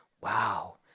wow